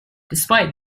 despite